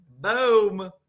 boom